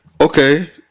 okay